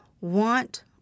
want